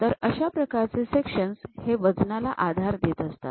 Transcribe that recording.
तर अशा प्रकारचे सेक्शन्स हे वजनाला आधार देत असतात